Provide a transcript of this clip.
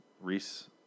Reese